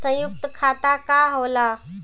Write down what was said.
सयुक्त खाता का होला?